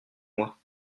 moi